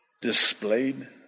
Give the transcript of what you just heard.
displayed